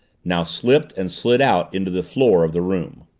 now slipped and slid out into the floor of the room.